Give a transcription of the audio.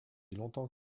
longtemps